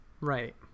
Right